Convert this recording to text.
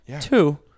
Two